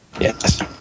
yes